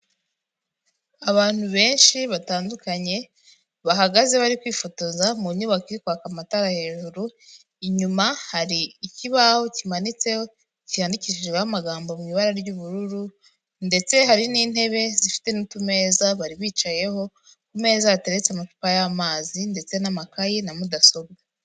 Abantu benshi batandukanye bahagaze bari kwifotoza mu nyubako ikwaka amatara hejuru, inyuma hari ikibaho kimanitseho cyaandikishijeho amagambo mu ibara ry'ubururu ndetse hari n'intebe zifite'tumezaeza bari bicayeho, ku meza yateretse amacupa y'amazi ndetse n'amakayi na mudasobwa.